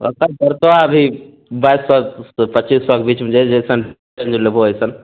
ओक्कर पड़तऽ अभी बाइस सए से पचीस सएके बीचमे जे जैसन ओहिमे लेबहो ओइसन